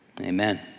amen